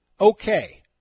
okay